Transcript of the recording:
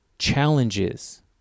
challenges